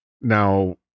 now